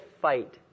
fight